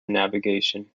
navigation